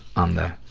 on the,